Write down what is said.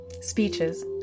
speeches